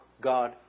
God